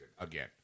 again